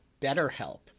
BetterHelp